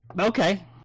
Okay